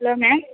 hello ma'am